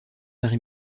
marie